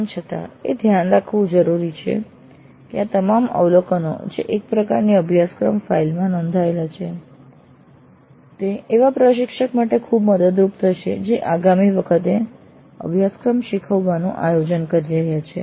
તેમ છતાં એ ધ્યાન રાખવું મહત્વપૂર્ણ છે કે આ તમામ અવલોકનો જે એક પ્રકારની અભ્યાસક્રમ ફાઇલ માં નોંધાયેલા છે તે એવા પ્રશિક્ષક માટે ખૂબ મદદરૂપ થશે જે આગામી વખતે અભ્યાસક્રમ શીખવવાનું આયોજન કરી રહ્યા છે